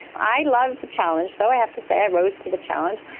i love challenge, so i have to say, i rose to the challenge,